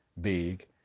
big